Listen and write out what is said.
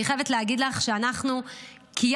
אני חייבת להגיד לך שאנחנו קיימנו